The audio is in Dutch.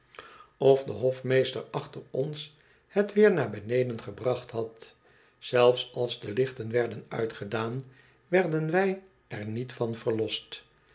of de hofmeester achter ons het weer naar beneden gebracht had zelfs als de lichten werden uitgedaan werden wij er niet van verlost